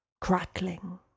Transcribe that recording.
crackling